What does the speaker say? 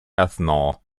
ethanol